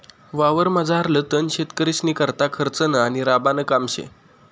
वावरमझारलं तण शेतकरीस्नीकरता खर्चनं आणि राबानं काम शे